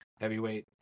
Heavyweight